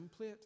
template